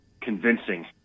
convincing